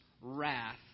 wrath